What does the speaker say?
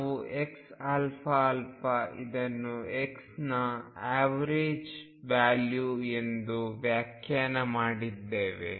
ನಾವು xαα ಇದನ್ನು x ಇನ ಎವರೇಜ್ ವ್ಯಾಲ್ಯೂ ಎಂದು ವ್ಯಾಖ್ಯಾನ ಮಾಡಿದ್ದೇವೆ